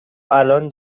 الان